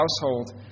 household